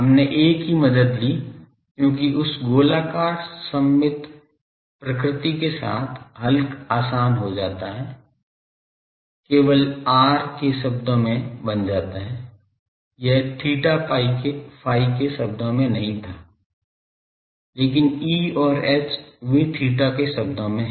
हमने A की मदद ली क्योंकि उस गोलाकार सममित प्रकृति के साथ हल आसान हो जाता है केवल r के शब्दों में बन जाता है यह theta phi के शब्दों में नहीं था लेकिन E और H वे theta के शब्दों में हैं